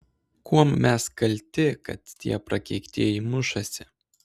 kuom mes kalti kad tie prakeiktieji mušasi